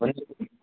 అ